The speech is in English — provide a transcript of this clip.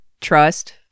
trust